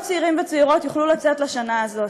צעירים וצעירות יוכלו לצאת לשנה הזאת.